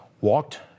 walked